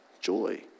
joy